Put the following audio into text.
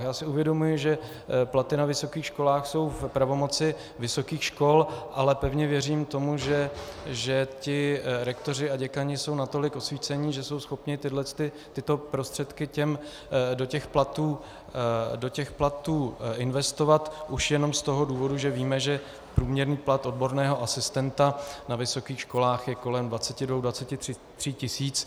Já si uvědomuji, že platy na vysokých školách jsou v pravomoci vysokých škol, ale pevně věřím tomu, že rektoři a děkani jsou natolik osvíceni, že jsou schopni tyto prostředky do platů investovat už jenom z toho důvodu, že víme, že průměrný plat odborného asistenta na vysokých školách je kolem 22, 23 tisíc.